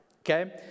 okay